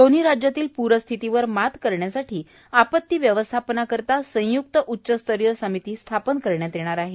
दोन्ही राज्यांतील पूर परिस्थितीवर मात करण्यासाठी आपतीच्या व्यवस्थापनासाठी संय्क्त उच्चस्तरीय समिती स्थापन करण्यात येणार आहे